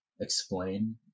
explain